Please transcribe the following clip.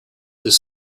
his